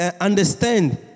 understand